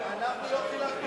אנחנו לא חילקנו פיצות.